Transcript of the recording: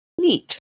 Neat